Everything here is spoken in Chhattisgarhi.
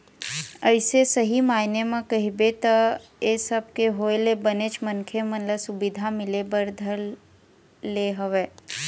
अइसे सही मायने म कहिबे त ऐ सब के होय ले बनेच मनखे मन ल सुबिधा मिले बर धर ले हवय